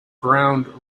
ground